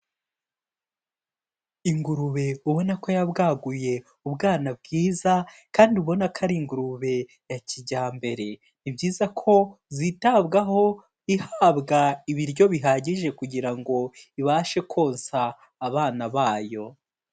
Ingurube ubona ko yabwaguye ubwana bwiza kandi ubona ko ari ingurube ya kijyambere. Ni byiza ko zitabwaho ihabwa ibiryo bihagije kugira ngo ibashe konsa abana bayo.